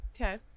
Okay